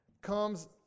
comes